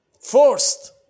first